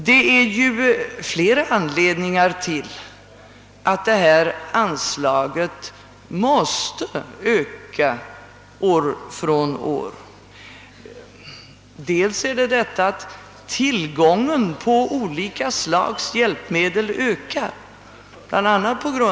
Det finns flera anledningar till att detta anslag måste öka år från år.